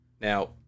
Now